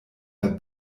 der